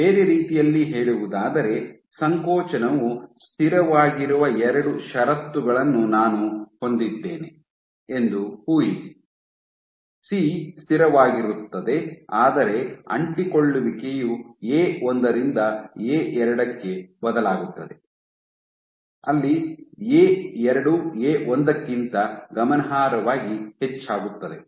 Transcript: ಬೇರೆ ರೀತಿಯಲ್ಲಿ ಹೇಳುವುದಾದರೆ ಸಂಕೋಚನವು ಸ್ಥಿರವಾಗಿರುವ ಎರಡು ಷರತ್ತುಗಳನ್ನು ನಾನು ಹೊಂದಿದ್ದೇನೆ ಎಂದು ಊಹಿಸಿ ಸಿ ಸ್ಥಿರವಾಗಿರುತ್ತದೆ ಆದರೆ ಅಂಟಿಕೊಳ್ಳುವಿಕೆಯು ಎ ಒಂದರಿಂದ ಎ ಎರಡಕ್ಕೆ ಬದಲಾಗುತ್ತದೆ ಅಲ್ಲಿ ಎ ಎರಡು ಎ ಒಂದಕ್ಕಿಂತ ಗಮನಾರ್ಹವಾಗಿ ಹೆಚ್ಚಾಗುತ್ತದೆ